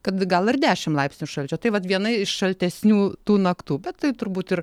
kad gal ir dešimt laipsnių šalčio tai vat viena iš šaltesnių tų naktų bet tai turbūt ir